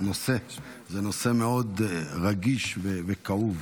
הנושא הוא נושא מאוד רגיש וכאוב.